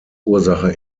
ursache